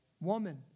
Woman